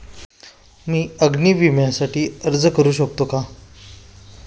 मी अग्नी विम्यासाठी अर्ज करू शकते का?